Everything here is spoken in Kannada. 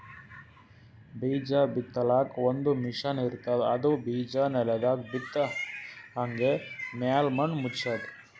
ಬೀಜಾ ಬಿತ್ತಲಾಕ್ ಒಂದ್ ಮಷಿನ್ ಇರ್ತದ್ ಅದು ಬಿಜಾ ನೆಲದಾಗ್ ಬಿತ್ತಿ ಹಂಗೆ ಮ್ಯಾಲ್ ಮಣ್ಣ್ ಮುಚ್ತದ್